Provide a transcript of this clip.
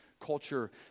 culture